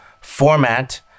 format